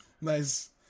nice